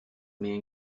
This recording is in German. mir